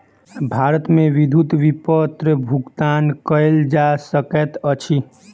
भारत मे विद्युत विपत्र भुगतान कयल जा सकैत अछि